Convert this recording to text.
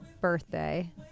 birthday